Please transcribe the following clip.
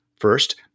First